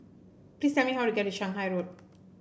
please tell me how to get to Shanghai Road